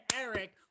Eric